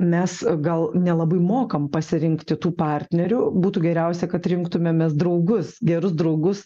mes gal nelabai mokam pasirinkti tų partnerių būtų geriausia kad rinktumėmės draugus gerus draugus